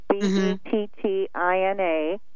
B-E-T-T-I-N-A